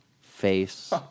face